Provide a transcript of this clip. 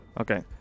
Okay